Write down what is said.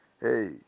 hey